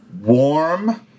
warm